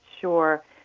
Sure